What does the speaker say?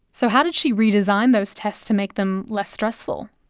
so how did she redesign those tests to make them less stressful?